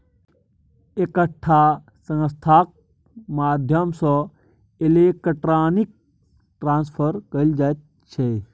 एकटा संस्थाक माध्यमसँ इलेक्ट्रॉनिक ट्रांसफर कएल जाइ छै